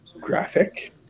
graphic